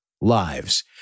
lives